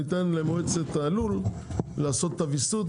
שניתן למועצת הלול לעשות את הוויסות.